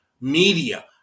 media